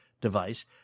device